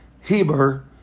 Heber